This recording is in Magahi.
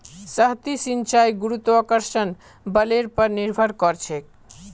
सतही सिंचाई गुरुत्वाकर्षण बलेर पर निर्भर करछेक